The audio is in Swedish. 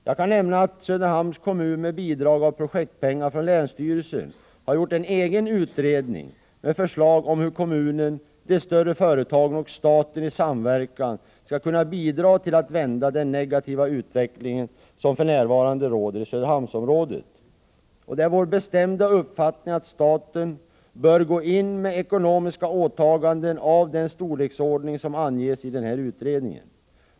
Jag kan nämna att Söderhamns kommun med bidrag genom projektpengar från länsstyrelsen har gjort en egen utredning med förslag om hur kommunen, de större företagen och staten i samverkan skall kunna bidra till att vända den negativa utveckling som för närvarande äger rum i Söderhamnsområdet. Det är vår bestämda uppfattning att staten bör gå in med ekonomiska åtaganden av den storleksordning som anges i den här utredningen.